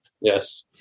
yes